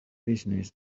business